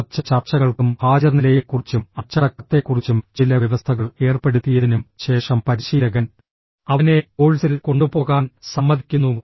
കുറച്ച് ചർച്ചകൾക്കും ഹാജർനിലയെക്കുറിച്ചും അച്ചടക്കത്തെക്കുറിച്ചും ചില വ്യവസ്ഥകൾ ഏർപ്പെടുത്തിയതിനും ശേഷം പരിശീലകൻ അവനെ കോഴ്സിൽ കൊണ്ടുപോകാൻ സമ്മതിക്കുന്നു